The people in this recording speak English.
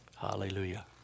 Hallelujah